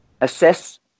assess